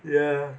ya